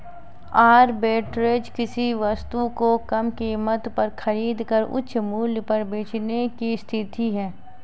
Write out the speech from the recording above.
arbitrage किसी वस्तु को कम कीमत पर खरीद कर उच्च मूल्य पर बेचने की स्थिति है